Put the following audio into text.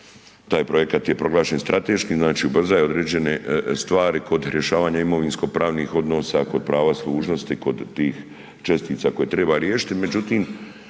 taj projekat je proglašen strateškim, znači ubrzava određene stvari kod rješavanja imovinsko-pravih odnosa, kod prava služnosti, kod tih čestica koje treba riješiti,